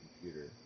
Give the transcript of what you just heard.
computer